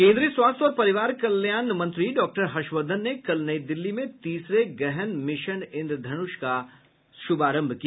केन्द्रीय स्वास्थ्य और परिवार कल्याण मंत्री डॉक्टर हर्षवर्धन ने कल नई दिल्ली में तीसरे गहन मिशन इन्द्रधनुष का शुभारंभ किया